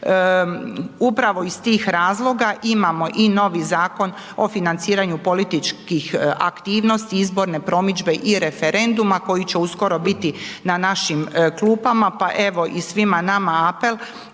Upravo iz tih razloga imamo i novi Zakon o financiranju političkih aktivnosti i izborne promidžbe i referenduma koji će uskoro biti na našim klupama, pa evo, i svima nama apel